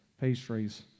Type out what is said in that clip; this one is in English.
pastries